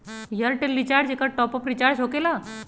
Airtel recharge एकर top off recharge होकेला?